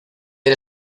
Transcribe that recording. del